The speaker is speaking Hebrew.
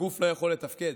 הגוף לא יכול לתפקד.